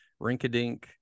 rinkadink